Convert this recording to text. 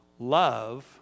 Love